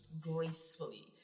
gracefully